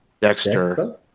dexter